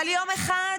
אבל יום אחד,